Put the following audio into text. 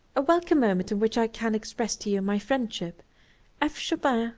a welcome moment in which i can express to you my friendship f. chopin,